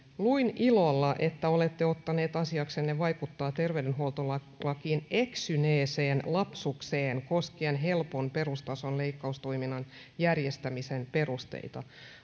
luin ilolla että olette ottaneet asiaksenne vaikuttaa terveydenhuoltolakiin eksyneeseen lapsukseen koskien helpon perustason leikkaustoiminnan järjestämisen perusteita